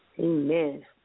Amen